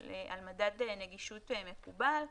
על מדד נגישות מקובל.